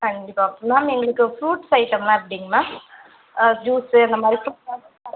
கண்டிப்பாக மேம் எங்களுக்கு ஃப்ரூட்ஸ் ஐட்டம்லாம் எப்படிங் மேம் ஜூஸ் அந்த மாதிரி